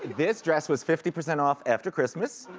this dress was fifty percent off after christmas,